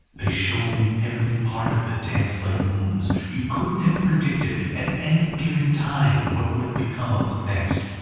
they shone in every part of the dance like moons. you couldn't have predicted, at any given time, what would have become of them next.